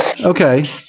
Okay